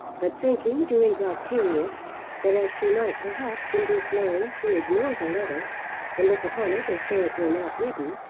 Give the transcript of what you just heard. but thinking during that period that as she might perhaps induce larry to ignore the letter and look upon it as though it were not written,